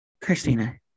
Christina